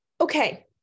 Okay